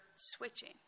switching